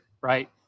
right